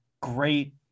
great